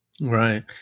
Right